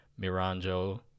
Miranjo